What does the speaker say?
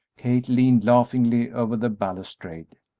kate leaned laughingly over the balustrade.